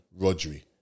Rodri